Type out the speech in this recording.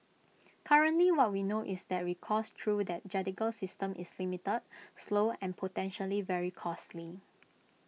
currently what we know is that recourse through that judicial system is limited slow and potentially very costly